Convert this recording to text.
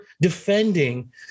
defending